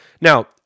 Now